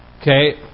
Okay